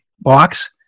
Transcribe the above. box